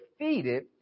defeated